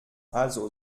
also